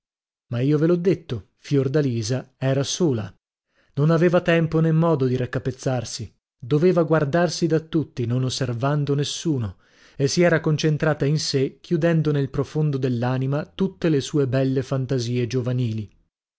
ma io ve l'ho detto fiordalisa era sola non aveva tempo nè modo di raccapezzarsi doveva guardarsi da tutti non osservando nessuno e si era concentrata in sè chiudendo nel profondo dell'anima tutte le sue belle fantasie giovanili